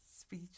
Speech